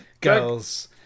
girls